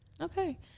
okay